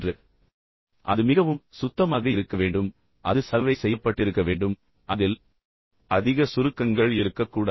எனவே அதை அணியுங்கள் ஆனால் அது மிகவும் சுத்தமாக இருக்க வேண்டும் பின்னர் அதை சலவை செய்யப்பட்டிருக்க வேண்டும் அதில் அதிக சுருக்கங்கள் இருக்கக்கூடாது